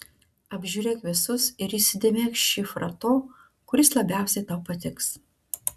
apžiūrėk visus ir įsidėmėk šifrą to kuris labiausiai tau patiks